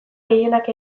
gehienak